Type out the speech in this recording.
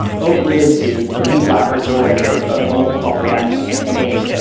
oak ridge is the lead laboratory for the molten salt reactor campaign,